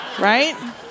Right